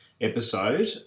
episode